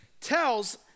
tells